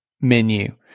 menu